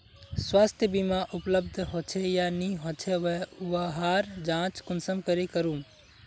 स्वास्थ्य बीमा उपलब्ध होचे या नी होचे वहार जाँच कुंसम करे करूम?